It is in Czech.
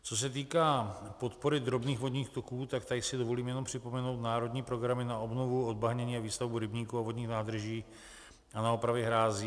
Co se týká podpory drobných vodních toků, tak tady si dovolím jenom připomenout národní programy na obnovu, odbahnění a výstavbu rybníků a vodních nádrží a na opravy hrází.